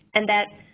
and that,